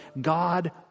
God